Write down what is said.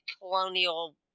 colonial